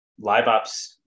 LiveOps